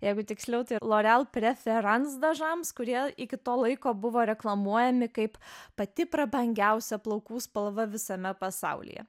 jeigu tiksliau tai loreal preferanso dažams kurie iki to laiko buvo reklamuojami kaip pati prabangiausia plaukų spalva visame pasaulyje